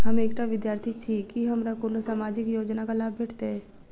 हम एकटा विद्यार्थी छी, की हमरा कोनो सामाजिक योजनाक लाभ भेटतय?